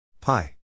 Pi